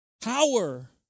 Power